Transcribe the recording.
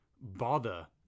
bother